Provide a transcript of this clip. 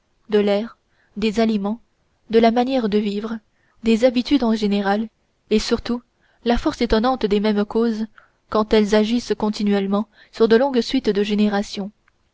de l'air des aliments de la manière de vivre des habitudes en général et surtout la force étonnante des mêmes causes quand elles agissent continuellement sur de longues suites de générations